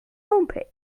homepage